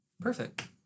Perfect